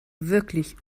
wirklich